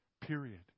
Period